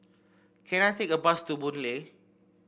can I take a bus to Boon Lay